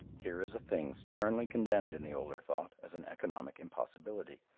here is a thing sternly condemned in the older thought as an economic impossibility.